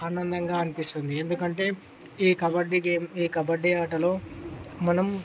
ఆనందంగా అనిపిస్తుంది ఎందుకంటే ఈ కబడ్డీ గేమ్ ఈ కబడ్డీ ఆటలో మనం